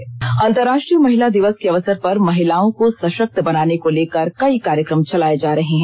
महिला सषक्तिकरण अंतराष्ट्रीय महिला दिवस के अवसर पर महिलाओं को सषक्त बनाने को लेकर कई कार्यक्रम चलाए जा रहे हैं